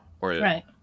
Right